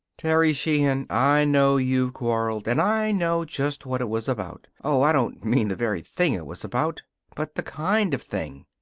terry sheehan, i know you've quarreled, and i know just what it was about. oh, i don't mean the very thing it was about but the kind of thing.